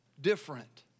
different